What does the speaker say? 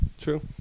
True